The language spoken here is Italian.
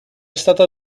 stata